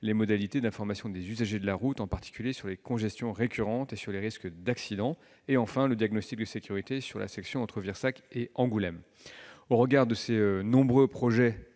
les modalités d'information des usagers de la route, en particulier sur les congestions récurrentes et les risques d'accidents ; enfin, le diagnostic de sécurité sur la section entre Virsac et Angoulême. Au regard de ces nombreux projets